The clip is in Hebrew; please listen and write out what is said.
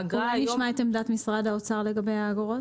אולי נשמע את עמדת משרד האוצר לגבי האגרות?